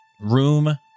room